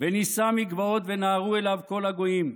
ונִשא מגבעות ונהרו אליו כל הגויִם.